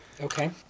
Okay